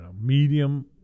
medium